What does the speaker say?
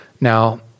now